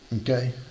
Okay